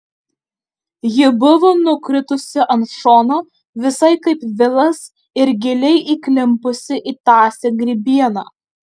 ji buvo nukritusi ant šono visai kaip vilas ir giliai įklimpusi į tąsią grybieną